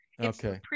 Okay